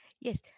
Yes